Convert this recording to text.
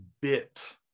bit